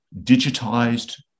digitized